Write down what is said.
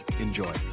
Enjoy